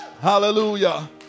Hallelujah